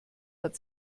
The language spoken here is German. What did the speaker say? hat